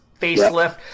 Facelift